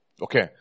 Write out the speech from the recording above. okay